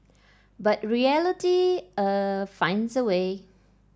but reality uh finds a way